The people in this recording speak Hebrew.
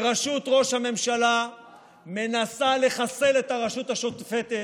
ורשות ראש הממשלה מנסה לחסל את הרשות השופטת,